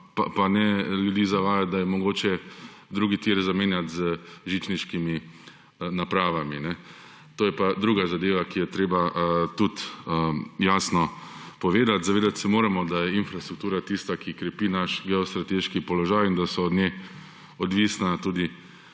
pa ne ljudi zavajati, da je mogoče drugi tir zamenjati z žičniškimi napravami. To je pa druga zadeva, ki jo je treba tudi jasno povedati. Zavedati se moramo, da je infrastruktura tista, ki krepi naš geostrateški položaj in da so od nje odvisna tudi